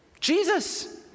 Jesus